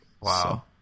Wow